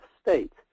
state